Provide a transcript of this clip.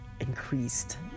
increased